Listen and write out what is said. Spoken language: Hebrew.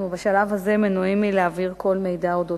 בשלב הזה אנחנו מנועים מלהעביר כל מידע על החקירות.